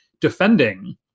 defending